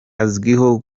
azwiho